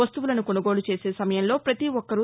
వస్తువులను కొనుగోలు చేసే సమయంలో ప్రతి ఒక్కరూ